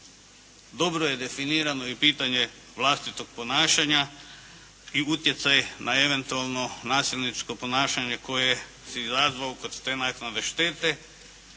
dobro je definirano i pitanje vlastitog ponašanja i utjecaj na eventualno nasilničko ponašanje koje si izazvao kod te naknade štete.